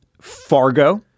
Fargo